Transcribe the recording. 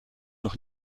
nog